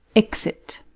exit